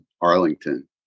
Arlington